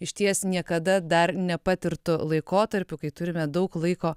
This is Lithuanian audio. išties niekada dar nepatirtu laikotarpiu kai turime daug laiko